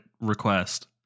request